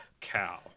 cow